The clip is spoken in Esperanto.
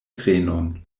grenon